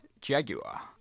Jaguar